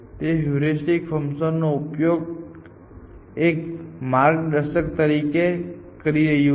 તે heuristic function નો ઉપયોગ એક માર્ગદર્શક તરીકે કરી રહ્યું છે